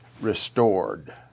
restored